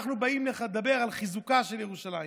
כשאנחנו באים לדבר על חיזוקה של ירושלים,